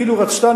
אילו רצתה,